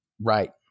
Right